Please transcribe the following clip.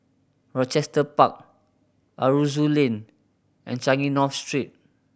Rochester Park Aroozoo Lane and Changi North Street